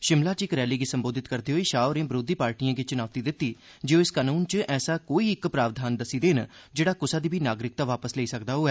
शिमला च इक रैली गी संबोधित करदे होई शाह होरें बरोधी पार्टिएं गी चुनौती दित्ती जे ओह् इस कानून च ऐसा कोई इक प्रावधान दस्सी देन जेहड़ा कुसा दी बी नागरिकता वापस लेई सकदा होऐ